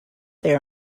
they